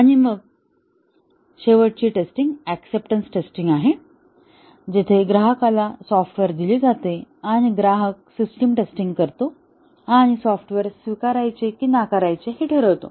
आणि मग शेवटची टेस्टिंग ऍक्सेप्टन्स टेस्टिंग आहे जिथे ग्राहकाला सॉफ्टवेअर दिले जाते आणि ग्राहक सिस्टिम टेस्टिंग करतो आणि सॉफ्टवेअर स्वीकारायचे की नाकारायचे हे ठरवतो